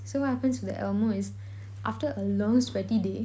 so what happens with elmo is after a long sweaty day